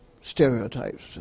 stereotypes